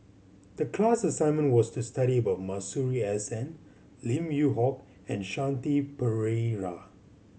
the class assignment was to study about Masuri S N Lim Yew Hock and Shanti Pereira